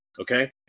Okay